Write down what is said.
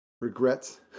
regrets